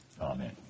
Amen